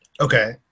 Okay